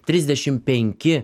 trisdešim penki